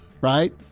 right